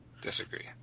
Disagree